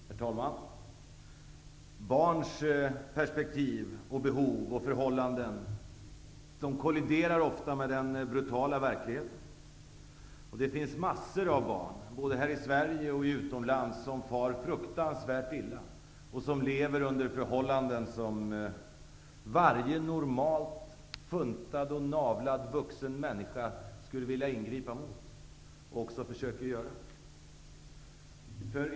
Herr talman! Barns perspektiv och behov och förhållanden kolliderar ofta med den brutala verkligheten. Det finns massor av barn, både här i Sverige och utomlands, som far fruktansvärt illa och som lever under förhållanden som varje normalt funtad och navlad vuxen människa skulle vilja ingripa mot -- och också försöker göra.